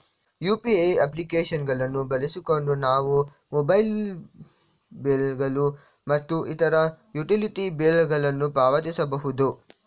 UPI application ಗಳನ್ನು ಬಳಸಿಕೊಂಡು ನಾವು ಮೊಬೈಲ್ ಬಿಲ್ ಗಳು ಮತ್ತು ಇತರ ಯುಟಿಲಿಟಿ ಬಿಲ್ ಗಳನ್ನು ಪಾವತಿಸಬಹುದು